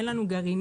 אין לנו גרעיני.